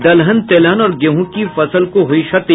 दलहन तेलहन और गेहूं की फसल को हुयी क्षति